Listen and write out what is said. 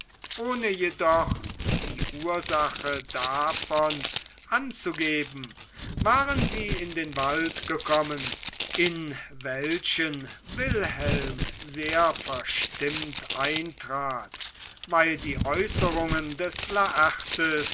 ohne jedoch die ursache davon anzugeben waren sie in den wald gekommen in welchen wilhelm sehr verstimmt eintrat weil die äußerungen des laertes